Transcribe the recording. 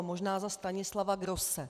Možná za Stanislava Grosse.